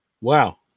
Wow